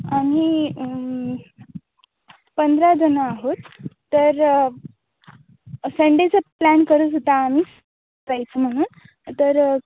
आम्ही पंधरा जणं आहोत तर संडेचं प्लॅन करत होतो आम्ही जायचं म्हणून तर